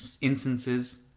instances